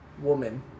woman